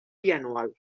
bianual